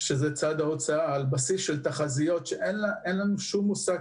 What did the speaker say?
על משהו שאין לנו,